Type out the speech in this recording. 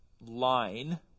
line